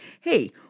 hey